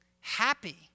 happy